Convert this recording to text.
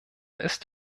ist